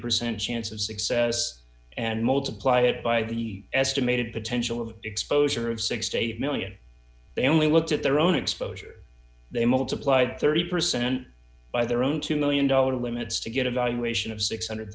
percent chance of success and multiply it by the estimated potential of exposure of sixty eight million they only looked at their own exposure they multiplied thirty percent by their own two million dollars limits to get a valuation of six hundred